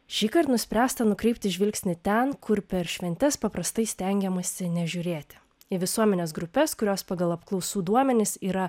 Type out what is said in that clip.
šįkart nuspręsta nukreipti žvilgsnį ten kur per šventes paprastai stengiamasi nežiūrėti į visuomenės grupes kurios pagal apklausų duomenis yra